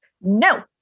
No